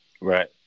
Right